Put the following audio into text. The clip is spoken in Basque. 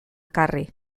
ekarri